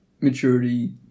Maturity